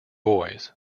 boys